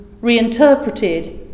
reinterpreted